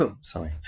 Sorry